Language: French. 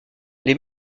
les